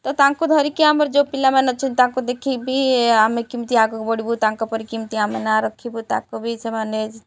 ତ ତାଙ୍କୁ ଧରିକି ଆମର ଯେଉଁ ପିଲାମାନେ ଅଛନ୍ତି ତାଙ୍କୁ ଦେଖିକି ବି ଆମେ କିମିତି ଆଗକୁ ବଢ଼ିବୁ ତାଙ୍କ ପରି କି ଆମେ ନାଁ ରଖିବୁ ତାକୁ ବି ସେମାନେ